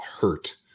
hurt